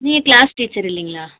நீங்கள் class teacher இல்லைங்களா